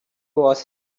was